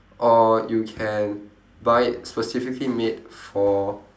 or you can buy it specifically made for